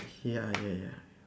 ya ya ya